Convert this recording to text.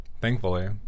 Thankfully